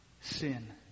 Sin